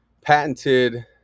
patented